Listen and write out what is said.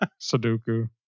Sudoku